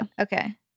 Okay